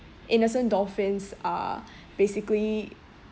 innocent dolphins are basically